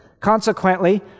Consequently